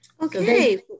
Okay